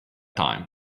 time